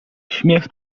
śmiech